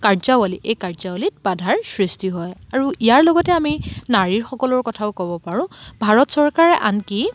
কাৰ্যাৱলী এই কাৰ্যাৱলীত বাধাৰ সৃষ্টি হয় আৰু ইয়াৰ লগতে আমি নাৰীসকলৰ কথাও ক'ব পাৰোঁ ভাৰত চৰকাৰে আনকি